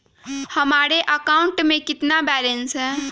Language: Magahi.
हमारे अकाउंट में कितना बैलेंस है?